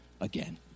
again